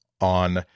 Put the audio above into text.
on